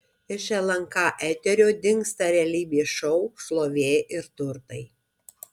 iš lnk eterio dingsta realybės šou šlovė ir turtai